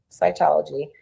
cytology